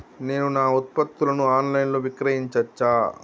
నేను నా ఉత్పత్తులను ఆన్ లైన్ లో విక్రయించచ్చా?